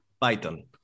Python